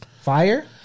fire